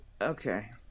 Okay